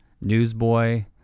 newsboy